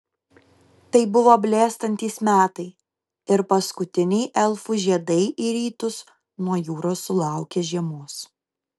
tai buvo blėstantys metai ir paskutiniai elfų žiedai į rytus nuo jūros sulaukė žiemos